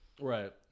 right